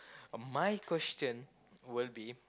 my question will be